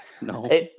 No